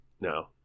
No